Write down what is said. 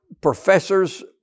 professors